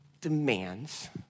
demands